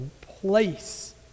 place